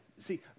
See